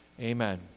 Amen